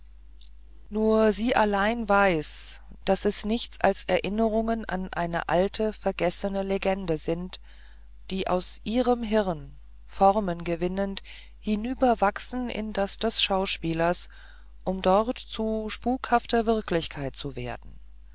nur sie allein weiß daß es nichts als erinnerungen an eine alte vergessene legende sind die aus ihrem hirn formengewinnend hinüberwandern in das des schauspielers um dort zu spukhafter wirklichkeit zu werden